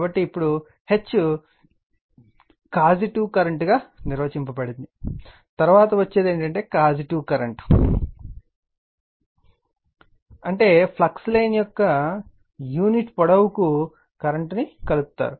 కాబట్టి ఇప్పుడు H కాజేటివ్ కరెంటుగా నిర్వచించబడింది తరువాత వచ్చేది ఏమిటంటే కాజేటివ్ కరెంటు అంటే ఫ్లక్స్ లైన్ యొక్క యూనిట్ పొడవుకు కరెంట్ను కలుపుతారు